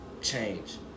change